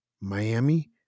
Miami